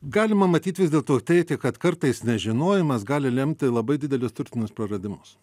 galima matyt vis dėlto ir teigti kad kartais nežinojimas gali lemti labai didelius turtinius praradimus